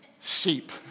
sheep